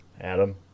Adam